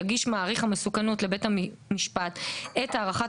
יגיש מעריך המסוכנות לבית המשפט את הערכת